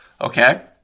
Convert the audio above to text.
Okay